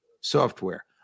software